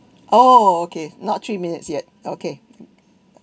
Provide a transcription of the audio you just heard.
oh okay not three minutes yet okay